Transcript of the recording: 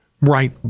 Right